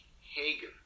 Hager